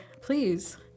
please